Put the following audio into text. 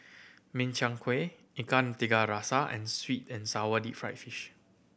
Min Chiang Kueh Ikan Tiga Rasa and sweet and sour deep fried fish